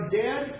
dead